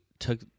took